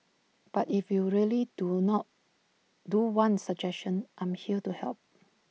but if you really do not do want suggestions I am here to help